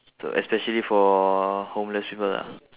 so especially for homeless people ah